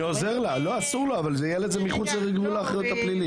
אסור לו, אבל ילד זה מחוץ לאחריות הפלילית.